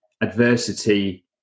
adversity